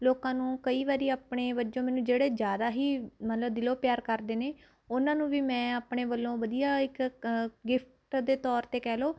ਲੋਕਾਂ ਨੂੰ ਕਈ ਵਾਰੀ ਆਪਣੇ ਵਜੋਂ ਮੈਨੂੰ ਜਿਹੜੇ ਜ਼ਿਆਦਾ ਹੀ ਮੰਨ ਲਉ ਦਿਲੋਂ ਪਿਆਰ ਕਰਦੇ ਨੇ ਉਨ੍ਹਾਂ ਨੂੰ ਵੀ ਮੈਂ ਆਪਣੇ ਵੱਲੋਂ ਵਧੀਆ ਇੱਕ ਗਿਫ਼ਟ ਦੇ ਤੌਰ 'ਤੇ ਕਹਿ ਲਉ